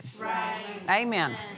Amen